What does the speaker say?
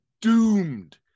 doomed